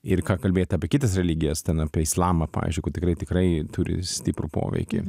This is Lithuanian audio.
ir ką kalbėt apie kitas religijas ten apie islamą pavyzdžiui kur tikrai tikrai turi stiprų poveikį